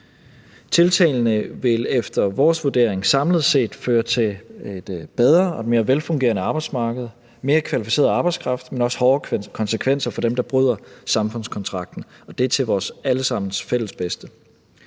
Tiltagene vil efter vores vurdering samlet set føre til et bedre og mere velfungerende arbejdsmarked, mere kvalificeret arbejdskraft, men også hårdere konsekvenser for dem, der bryder samfundskontrakten. Og det er til vores alle sammens fælles bedste.